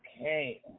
okay